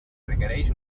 requereix